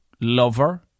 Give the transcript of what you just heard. lover